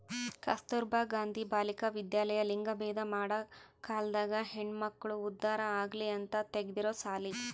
ಕಸ್ತುರ್ಭ ಗಾಂಧಿ ಬಾಲಿಕ ವಿದ್ಯಾಲಯ ಲಿಂಗಭೇದ ಮಾಡ ಕಾಲ್ದಾಗ ಹೆಣ್ಮಕ್ಳು ಉದ್ದಾರ ಆಗಲಿ ಅಂತ ತೆಗ್ದಿರೊ ಸಾಲಿ